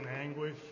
anguish